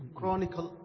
Chronicle